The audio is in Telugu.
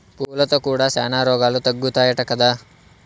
పూలతో కూడా శానా రోగాలు తగ్గుతాయట కదా